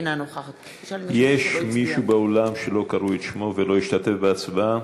אינה נוכחת יש מישהו באולם שלא קראו את שמו ולא השתתף בהצבעה?